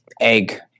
egg